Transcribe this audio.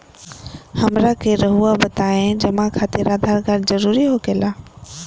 हमरा के रहुआ बताएं जमा खातिर आधार कार्ड जरूरी हो खेला?